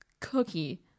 cookie